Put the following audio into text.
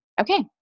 okay